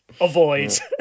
avoid